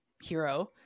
hero